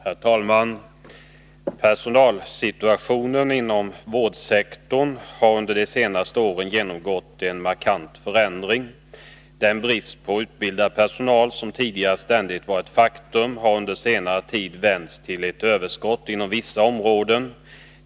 Herr talman! Personalsituationen inom vårdsektorn har under de senaste åren genomgått en markant förändring. Den brist på utbildad personal som tidigare ständigt var ett faktum har under den senaste tiden vänts till ett överskott inom vissa områden.